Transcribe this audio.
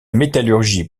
métallurgie